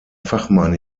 fachmann